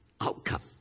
outcome